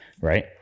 Right